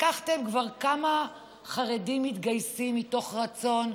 לקחתם כמה חרדים שמתגייסים מתוך רצון,